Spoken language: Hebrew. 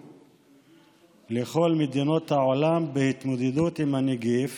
לכל מדינות העולם בהתמודדות עם הנגיף